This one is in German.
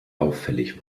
auffällig